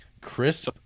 crisp